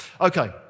Okay